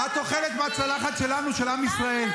את אוכלת מהצלחת שלנו, של עם ישראל.